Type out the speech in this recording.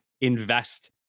invest